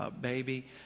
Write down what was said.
baby